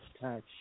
touch